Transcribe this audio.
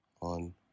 on